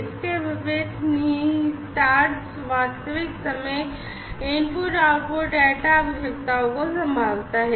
इसके विपरीत निहितार्थ वास्तविक समय इनपुट आउटपुट डेटा आवश्यकताओं को संभालता है